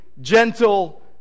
gentle